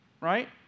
right